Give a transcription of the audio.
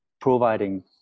providing